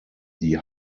die